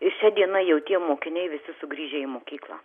šia diena jau tie mokiniai visi sugrįžę į mokyklą